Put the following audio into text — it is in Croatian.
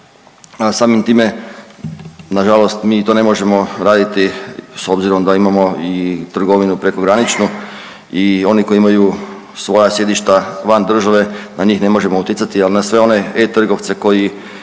a samim time nažalost mi to ne možemo raditi s obzirom da imamo i trgovinu prekograničnu i oni koji imaju svoja sjedišta van države na njih ne možemo utjecati, al na sve one eTrgovce koji